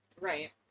Right